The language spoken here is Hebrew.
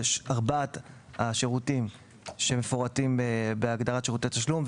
ארבעת השירותים שמפורטים בהגדרת שירותי תשלום,